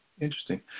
Interesting